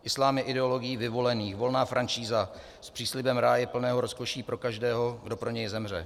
Islám je ideologií vyvolených, volná franšíza s příslibem ráje plného rozkoší pro každého, kdo pro něj zemře.